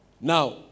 Now